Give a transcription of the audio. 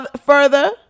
further